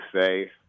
say